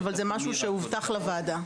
אבל זה משהו שהובטח לוועדה.